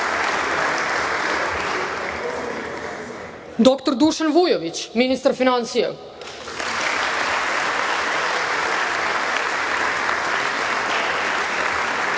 dr Dušan Vujović, ministar finansija,